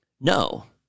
No